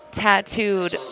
tattooed